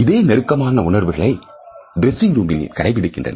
இதே நெருக்கமான உணர்வுகளை ட்ரெஸ்ஸிங் ரூமிலும் கடைபிடிக்கின்றனர்